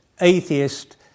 atheist